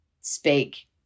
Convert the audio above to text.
speak